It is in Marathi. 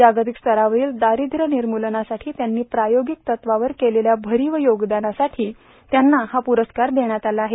जागतिक स्तरावरील दारिद्र्य निर्मूलनासाठी त्यांनी प्रायोगिक तत्वावर केलेल्या भरीव योगदानासाठी त्यांना हा पुरस्कार देण्यात आला आहे